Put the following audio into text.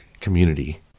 community